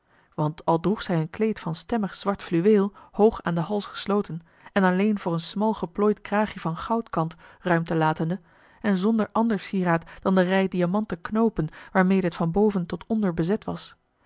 want al droeg zij een kleed van stemmig zwart fluweel hoog aan den hals gesloten en alleen voor een smal geplooid kraagje van goudkant ruimte latende en zonder ander sieraad dan de rij diamanten knoopen waarmede het van boven tot onder bezet was